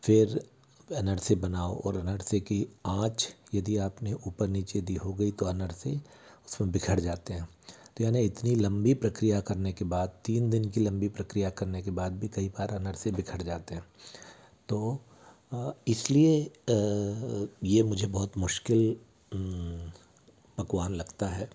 फिर अनर्से बनाओ और अनर्से की ऑंच यदि आपने ऊपर नीचे दी हो गई तो अनर्से उस में बिखर जाते हैं तो याने इतनी लम्बी प्रक्रिया करने के बात तीन दिन की लम्बी प्रक्रिया करने के बाद भी कई बार अनर्से बिखर जाते हैं तो इस लिए ये मुझे बहुत मुश्किल पकवान लगता है